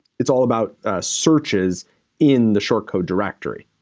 it's all about searches in the short code directory.